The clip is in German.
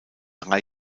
drei